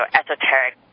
esoteric